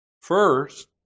First